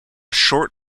short